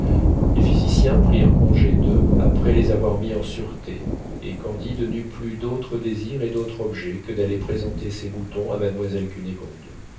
les physiciens prirent congé d'eux après les avoir mis en sûreté et candide n'eut plus d'autre désir et d'autre objet que d'aller présenter ses moutons à mademoiselle cunégonde